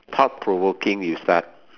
thought provoking you start